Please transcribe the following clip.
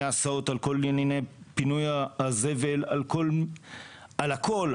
ההסעות; על כל ענייני פינוי הזבל; על כל --- על הכול.